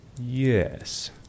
Yes